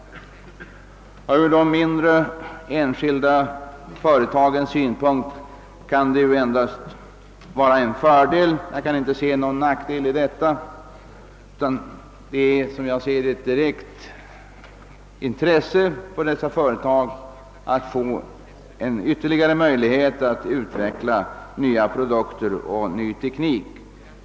Ur de mindre, enskilda företagens synpunkt kan ett utvecklingsbolag vara till stor fördel. Det är, som jag ser det, ett direkt intresse för dessa företag att få en ytterligare möjlighet att utveckla nya produkter och ny teknik.